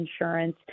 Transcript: insurance